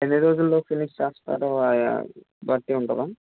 ఎన్ని రోజుల్లో ఫినిష్ చేస్తారో బట్టి ఉంటుందా